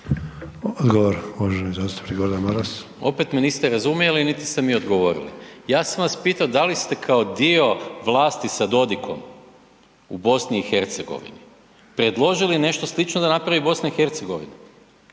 Gordan Maras. **Maras, Gordan (SDP)** Opet me niste razumjeli, niti ste mi odgovorili. Ja sam vas pitao da li ste kao dio vlasti sa Dodikom u BiH predložili nešto slično da napravi BiH?